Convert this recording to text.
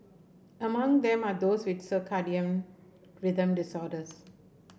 among them are those with circadian rhythm disorders